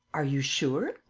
are you sure?